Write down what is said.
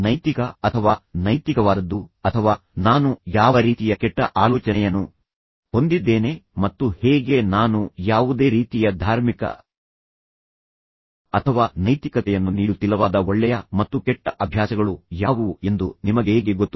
ನೈತಿಕ ಅಥವಾ ನೈತಿಕವಾದದ್ದು ಅಥವಾ ನಾನು ಯಾವ ರೀತಿಯ ಕೆಟ್ಟ ಆಲೋಚನೆಯನ್ನು ಹೊಂದಿದ್ದೇನೆ ಮತ್ತು ಹೇಗೆ ನಾನು ಯಾವುದೇ ರೀತಿಯ ಧಾರ್ಮಿಕ ಅಥವಾ ನೈತಿಕತೆಯನ್ನು ನೀಡುತ್ತಿಲ್ಲವಾದ ಒಳ್ಳೆಯ ಮತ್ತು ಕೆಟ್ಟ ಅಭ್ಯಾಸಗಳು ಯಾವುವು ಎಂದು ನಿಮಗೆ ಹೇಗೆ ಗೊತ್ತು